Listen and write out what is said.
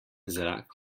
zrak